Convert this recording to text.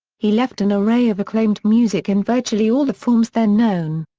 he left an array of acclaimed music in virtually all the forms then known.